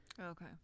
Okay